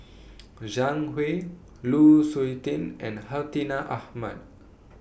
Zhang Hui Lu Suitin and Hartinah Ahmad